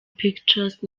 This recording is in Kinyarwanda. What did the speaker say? pictures